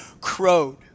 crowed